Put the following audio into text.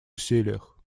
усилиях